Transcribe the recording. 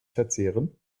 verzehren